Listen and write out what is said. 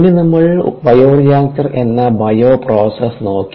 പിന്നെ നമ്മൾ ബയോറിയാക്റ്റർ എന്ന ബയോ പ്രോസസ് നോക്കി